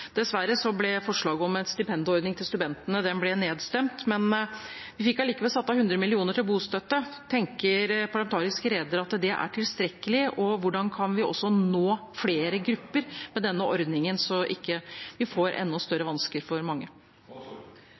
Dessverre ble forslaget om en stipendordning til studentene nedstemt, men vi fikk allikevel satt av 100 mill. kr til bostøtte. Tenker parlamentarisk leder at det er tilstrekkelig? Og hvordan kan vi også nå flere grupper med denne ordningen, så det ikke blir enda større vansker for mange?